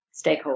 stakeholders